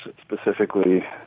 specifically